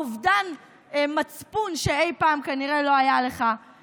באובדן מצפון, שכנראה לא היה לך אי פעם.